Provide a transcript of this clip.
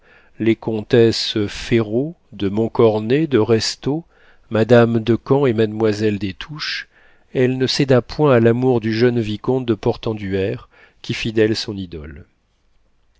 les comtesses féraud de montcornet de restaud madame de camps et mademoiselle des touches elle ne céda point à l'amour du jeune vicomte de portenduère qui fit d'elle son idole